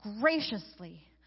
graciously